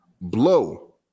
blow